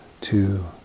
two